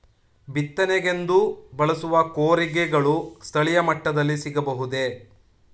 ಬಿತ್ತನೆಗೆಂದು ಬಳಸುವ ಕೂರಿಗೆಗಳು ಸ್ಥಳೀಯ ಮಟ್ಟದಲ್ಲಿ ಸಿಗಬಹುದೇ?